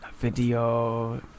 video